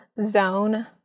zone